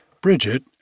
Bridget